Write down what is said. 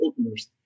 openers